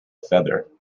feather